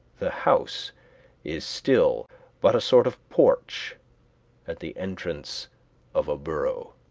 the house is still but a sort of porch at the entrance of a burrow.